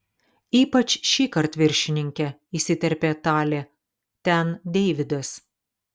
ypač šįkart viršininke įsiterpė talė ten deividas